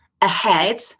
ahead